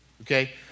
Okay